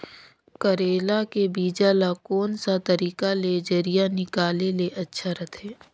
करेला के बीजा ला कोन सा तरीका ले जरिया निकाले ले अच्छा रथे?